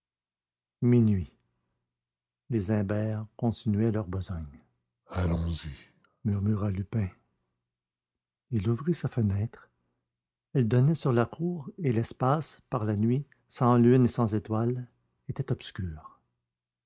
minuit les imbert continuaient leur besogne allons-y murmura lupin il ouvrit sa fenêtre elle donnait sur la cour et l'espace par la nuit sans lune et sans étoile était obscur